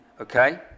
Okay